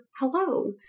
hello